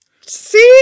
See